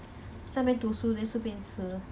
if you don't want to stay